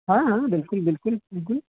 ہاں ہاں بالکل بالکل بالکل